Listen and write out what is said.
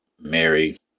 Mary